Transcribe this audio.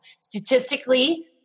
Statistically